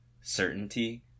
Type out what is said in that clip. certainty